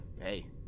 hey